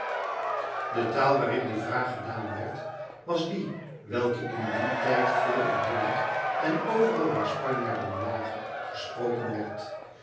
de taal waarin die vraag gedaan werd was die welke in dien tijd veel in holland en overal waar spanjaarden lagen gesproken werd